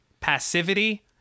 passivity